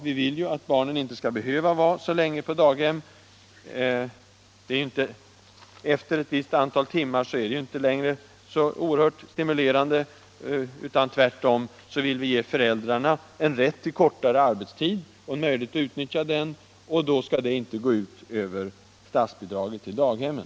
Vi vill att barnen inte skall behöva vara så länge på daghem. Efter ett visst antal timmar är det inte längre så stimulerande utan tvärtom. Därför vill vi ge föräldrarna rätt till kortare arbetstid och möjlighet att utnyttja den, och det skall inte gå ut över statsbidraget till daghemmen.